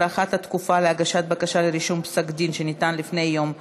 הארכת התקופה להגשת בקשה לרישום פסק דין שניתן לפני יום התחילה),